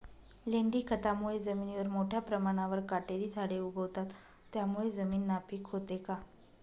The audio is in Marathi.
लेंडी खतामुळे जमिनीवर मोठ्या प्रमाणावर काटेरी झाडे उगवतात, त्यामुळे जमीन नापीक होते का?